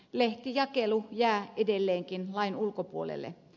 lehtijakelu jää edelleenkin lain ulkopuolelle